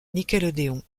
nickelodeon